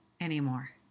anymore